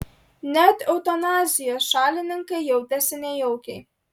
net eutanazijos šalininkai jautėsi nejaukiai